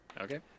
Okay